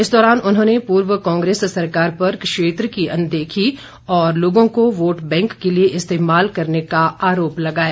इस दौरान उन्होंने पूर्व कांग्रेस सरकार पर क्षेत्र की अनदेखी और लोगों को वोट बैंक के लिए इस्तेमाल का आरोप लगाया